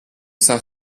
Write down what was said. saint